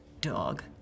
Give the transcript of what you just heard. Dog